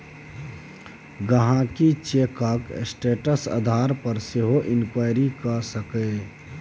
गांहिकी चैकक स्टेटस आधार पर सेहो इंक्वायरी कए सकैए